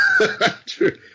True